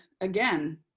again